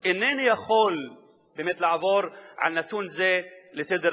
אינני יכול באמת לעבור על נתון זה לסדר-היום.